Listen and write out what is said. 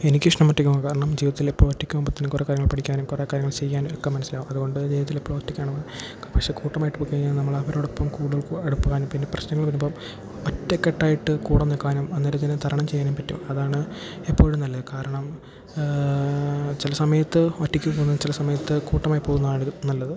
എനിക്കിഷ്ടം ഒറ്റയ്ക്ക് പോകാൻ കാരണം ജീവിതത്തിലിപ്പോൾ ഒറ്റയ്ക്ക് പോവുമ്പോഴത്തേക്കും കുറേ കാര്യങ്ങള് പഠിക്കാനും കുറേ കാര്യങ്ങള് ചെയ്യാനും ഒക്കെ മനസ്സിലാവും അുതുകൊണ്ട് ജീവിതത്തിലെപ്പോഴും ഒറ്റയ്ക്കാണ് പക്ഷെ കൂട്ടമായിട്ട് പോയിക്കഴിഞ്ഞാൽ നമ്മളവരോടൊപ്പം കൂടുതുല് അടുക്കുവാനും പിന്നെ പ്രശ്നങ്ങൾ വരുമ്പോൾ ഒറ്റക്കെട്ടായിട്ട് കൂടെ നിൽക്കാനും അന്നേരത്തിനെ തരണം ചെയ്യാനും പറ്റും അതാണ് എപ്പോഴും നല്ലത് കാരണം ചില സമയത്ത് ഒറ്റയ്ക്ക് പോവുന്നതും ചില സമയത്ത് കൂട്ടമായി പോവുന്നത് ആണെങ്കിലും നല്ലത്